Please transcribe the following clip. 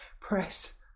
press